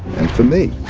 and for me.